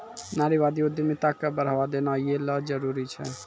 नारीवादी उद्यमिता क बढ़ावा देना यै ल जरूरी छै